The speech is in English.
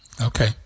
Okay